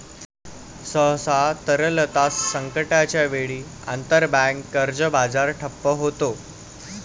सहसा, तरलता संकटाच्या वेळी, आंतरबँक कर्ज बाजार ठप्प होतो